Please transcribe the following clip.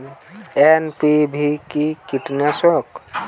NPV কি কীটনাশক?